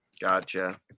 Gotcha